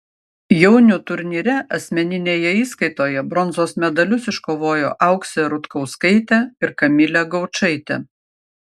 jaunių turnyre asmeninėje įskaitoje bronzos medalius iškovojo auksė rutkauskaitė ir kamilė gaučaitė